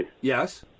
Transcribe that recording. Yes